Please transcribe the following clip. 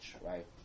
right